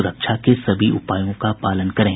सुरक्षा के सभी उपायों का पालन करें